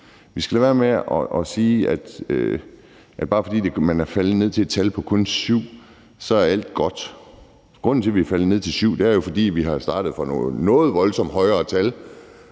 Vi skal lade være med at sige, at bare fordi det er faldet til et antal på kun syv, så er alt godt. Grunden til, at det er faldet til syv, er jo, at vi er startet fra et noget voldsommere og højere tal,